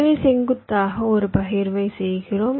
எனவே செங்குத்தாக ஒரு பகிர்வை செய்கிறோம்